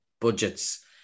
budgets